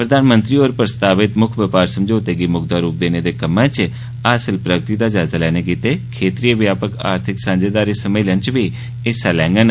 प्रधानमंत्री होर प्रस्तावित मुक्ख बपार समझौते गी मुक्कदा रूप देने दे कम्मै च हासल दे कम्मै च हासल प्रगति दा जायजा लैने गितै क्षेत्रीय व्यापक आर्थिक सांझेदारी सम्मेलन च बी हिस्सा लैङन